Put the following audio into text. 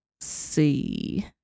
see